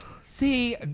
See